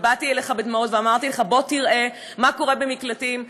ובאתי אליך בדמעות ואמרתי לך: בוא תראה מה קורה במקלטים,